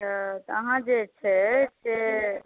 तऽ अहाँ जे छै से